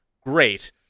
great